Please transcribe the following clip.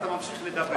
ואתה ממשיך לדבר.